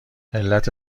علت